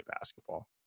basketball